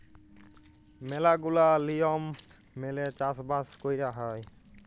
ম্যালা গুলা লিয়ম মেলে চাষ বাস কয়রা হ্যয়